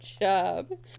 job